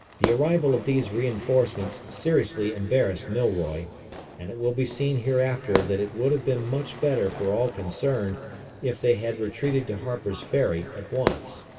the arrival of these reinforcements seriously embarrassed milroy and it will be seen hereafter that it would have been much better for all concerned if they had retreated to harper's ferry at once.